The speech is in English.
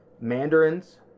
Mandarins